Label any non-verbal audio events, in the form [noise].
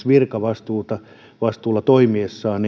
[unintelligible] virkavastuulla toimiessaan [unintelligible]